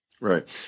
Right